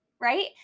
right